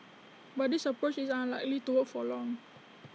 but this approach is unlikely to work for long